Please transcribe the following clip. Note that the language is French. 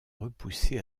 repoussé